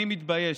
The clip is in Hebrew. אני מתבייש".